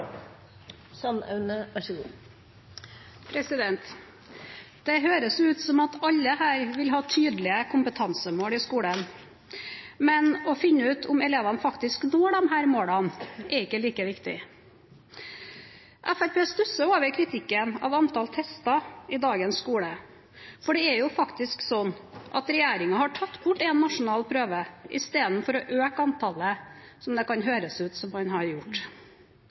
Det høres ut som om alle her vil ha tydelige kompetansemål i skolen, men å finne ut om elevene faktisk når disse målene, er ikke like viktig. Fremskrittspartiet stusser over kritikken av antall tester i dagens skole, for det er faktisk sånn at regjeringen har tatt bort en nasjonal prøve i stedet for å øke antallet, som det kan høres ut som om man har gjort.